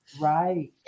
Right